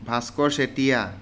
Bhaskar Chetia